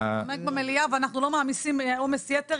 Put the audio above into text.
במליאה ואנחנו לא מעמיסים עומס יתר,